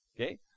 okay